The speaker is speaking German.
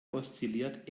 oszilliert